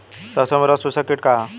सरसो में रस चुसक किट का ह?